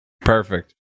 Perfect